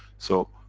so,